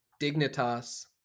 Dignitas